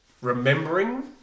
Remembering